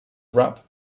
rap